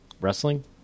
Wrestling